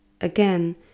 again